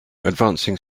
advancing